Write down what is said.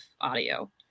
audio